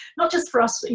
not just for us,